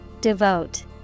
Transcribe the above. Devote